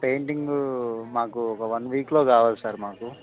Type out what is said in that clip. painting మాకు ఒక one వీక్లో కావాలి సార్ మాకు